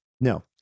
no